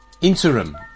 interim